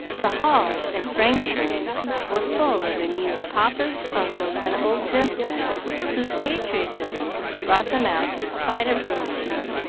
the hall and frank's room were full of amused papas, uncles, and old gentlemen whose patriotism brought them out in spite of rheumatism.